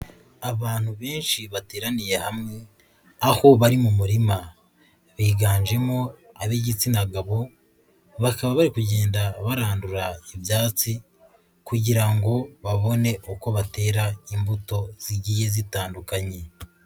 Abantu benshi bateraniye hamwe aho bari mu murima, biganjemo ab'igitsina gabo, bakaba bari kugenda barandura ibyatsi kugira ngo babone uko batera imbuto zigiye zitandukanye.